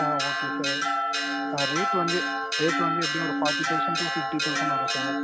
ஆ okay sir ஆ rate வந்து rate வந்து எப்படியும் ஒரு forty thousand to fifty thousand வரும் சார்